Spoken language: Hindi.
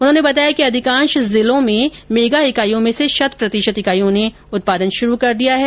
उन्होने बताया कि अधिकांश जिलों में स्थापित मेगा इकाइयों में से शतप्रतिशत इकाइयों ने उत्पादन आंरभ कर दिया है